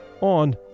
on